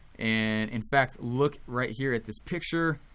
and in fact look right here at this picture.